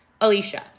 Alicia